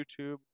YouTube